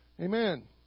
Amen